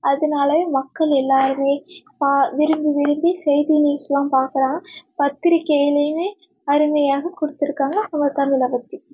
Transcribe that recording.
அதனாலயே மக்கள் எல்லாேருமே பா விரும்பி விரும்பி செய்தி நியூஸெலாம் பார்க்குறாங்க பத்திரிக்கையிலேயுமே அருமையாக கொடுத்துருக்காங்க நம்ம தமிழை பற்றி